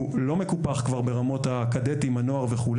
לא מקופח כבר ברמות הכד"תים הנוער וכו',